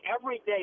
everyday